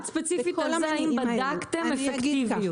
בכל --- אני שואלת ספציפית על האם בדקתם אפקטיביות?